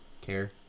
care